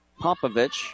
Popovich